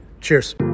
Cheers